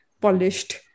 polished